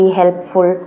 helpful